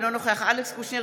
אינו נוכח אלכס קושניר,